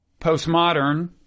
postmodern